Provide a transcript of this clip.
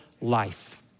life